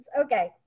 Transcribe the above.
Okay